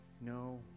no